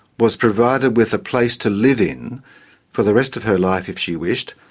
was provided with a place to live in for the rest of her life if she wished,